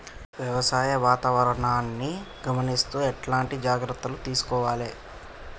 వ్యవసాయ వాతావరణాన్ని గమనిస్తూ ఎట్లాంటి జాగ్రత్తలు తీసుకోవాలే?